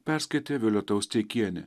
perskaitė violeta osteikienė